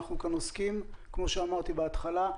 כמו שאמרתי בהתחלה,